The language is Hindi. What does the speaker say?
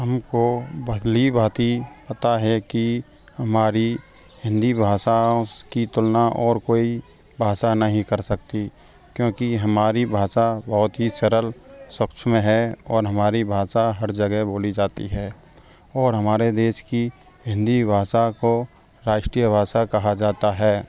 हमको भली भाँती पता है कि हमारी हिंदी भाषा की तुलना और कोई भाषा नहीं कर सकती क्योंकि हमारी भाषा बहुत ही सरल सक्षम है और हमारी भाषा हर जगह बोली जाती है और हमारे देश की हिंदी भाषा को राष्ट्रीय भाषा कहा जाता है